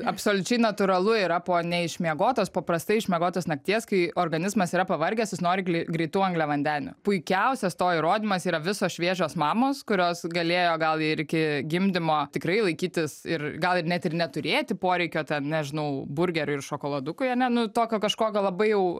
absoliučiai natūralu yra po neišmiegotos paprastai išmiegotos nakties kai organizmas yra pavargęs jis nori gli greitų angliavandenių puikiausias to įrodymas yra visos šviežios mamos kurios galėjo gal ir iki gimdymo tikrai laikytis ir gal ir net ir neturėti poreikio ten nežinau burgeriui ir šokoladukui ane nu tokio kažkokio labai jau